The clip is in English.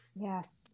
Yes